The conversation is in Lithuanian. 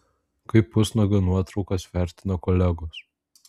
kaip pusnuogio nuotraukas vertina kolegos